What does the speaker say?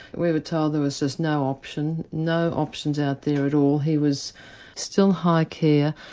we were told there was just no option, no options out there at all, he was still high care,